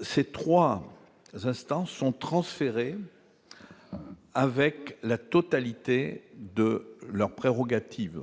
ces 3 instances sont transférés avec la totalité de leurs prérogatives,